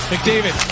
McDavid